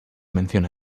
menciona